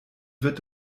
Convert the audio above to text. wird